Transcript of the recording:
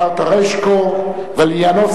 עדיין תישאר יציאה